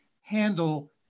handle